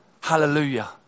Hallelujah